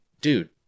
Dude